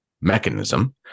mechanism